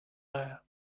there